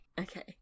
Okay